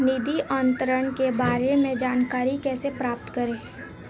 निधि अंतरण के बारे में जानकारी कैसे प्राप्त करें?